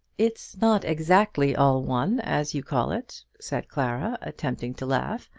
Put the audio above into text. it's not exactly all one, as you call it, said clara, attempting to laugh,